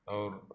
और